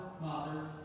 mother